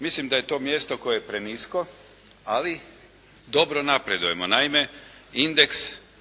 Mislim da je to mjesto koje je prenisko ali dobro napredujemo. Naime, indeks